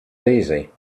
easy